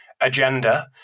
agenda